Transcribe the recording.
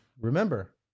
Remember